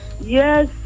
Yes